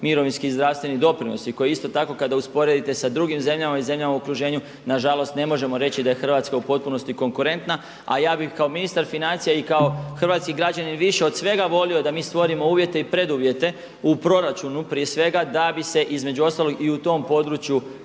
mirovinski i zdravstveni doprinosi koji isto tako kada usporedite sa drugim zemljama i zemljama u okruženju na žalost ne možemo reći da je Hrvatska u potpunosti konkurentna. A ja bih kao ministar financija i kao hrvatski građanin više od svega volio da mi stvorimo uvjete i preduvjete u proračunu prije svega da bi se između ostalog i u tom području